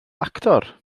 actor